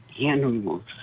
animals